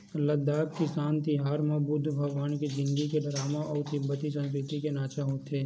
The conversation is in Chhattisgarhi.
लद्दाख किसान तिहार म बुद्ध भगवान के जिनगी के डरामा अउ तिब्बती संस्कृति के नाचा होथे